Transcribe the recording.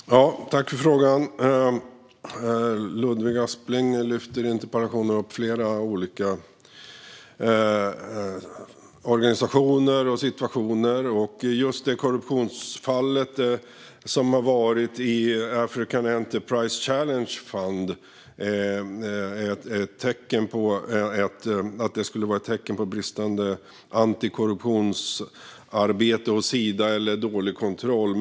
Fru talman! Tack, Ludvig Aspling, för frågan! Ludvig Aspling lyfter i interpellationen fram flera olika organisationer och situationer. Han verkar mena att just det korruptionsfall som har varit i African Enterprise Challenge Fund skulle vara ett tecken på bristande antikorruptionsarbete hos Sida eller dålig kontroll.